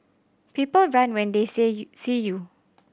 people run when they say see you